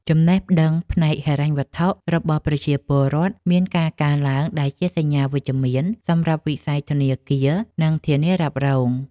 ចំណេះដឹងផ្នែកហិរញ្ញវត្ថុរបស់ប្រជាពលរដ្ឋមានការកើនឡើងដែលជាសញ្ញាវិជ្ជមានសម្រាប់វិស័យធនាគារ និងធានារ៉ាប់រង។